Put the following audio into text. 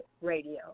Radio